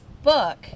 Book